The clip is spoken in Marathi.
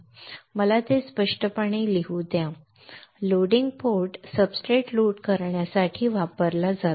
मला ते स्पष्टपणे लिहू द्या लोडिंग पोर्ट सबस्ट्रेट्स लोड करण्यासाठी वापरला जातो